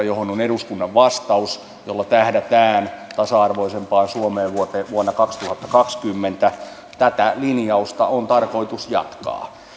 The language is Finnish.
johon on eduskunnan vastaus jolla tähdätään tasa arvoisempaan suomeen vuonna kaksituhattakaksikymmentä tätä linjausta on tarkoitus jatkaa